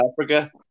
Africa